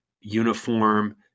uniform